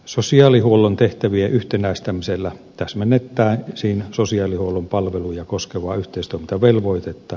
sosiaalihuollon tehtävien yhtenäistämisellä täsmennettäisiin sosiaalihuollon palveluja koskevaa yhteistoimintavelvoitetta